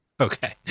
Okay